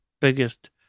biggest